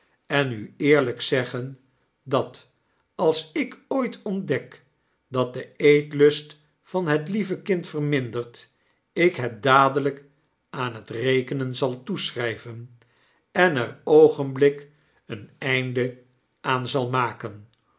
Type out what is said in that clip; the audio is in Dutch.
en u eerlyk zeggen dat als ik ooit ontdek dat de eetlust van het lieve kind vermindert ik het dadelyk aan het rekenen zal toeschryven en er oogenblikkelyk een einde aan zal maken